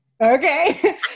okay